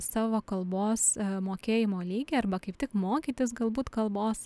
savo kalbos mokėjimo lygį arba kaip tik mokytis galbūt kalbos